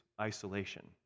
isolation